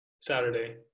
Saturday